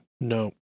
No